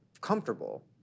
comfortable